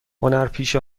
هنرپیشه